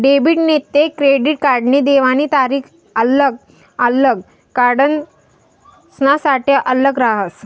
debit नैते credit कार्डनी देवानी तारीख आल्लग आल्लग कार्डसनासाठे आल्लग रहास